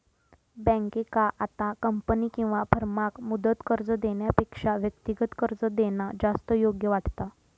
बँकेंका आता कंपनी किंवा फर्माक मुदत कर्ज देण्यापेक्षा व्यक्तिगत कर्ज देणा जास्त योग्य वाटता